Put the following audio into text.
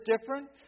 different